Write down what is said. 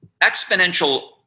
exponential